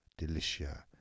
Delicia